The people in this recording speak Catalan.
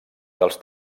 dels